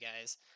guys